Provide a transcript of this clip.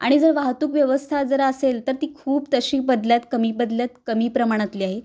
आणि जर वाहतूक व्यवस्था जर असेल तर ती खूप तशी बदल्यात कमी बदल्यात कमी प्रमाणातली आहे